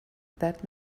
that